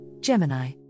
gemini